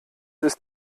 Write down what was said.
ist